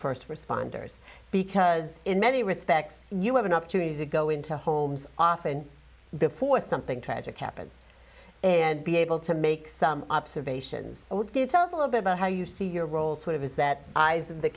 first responders because in many respects you have an opportunity to go into homes often before something tragic happens and be able to make some observations it's a little bit about how you see your role sort of is that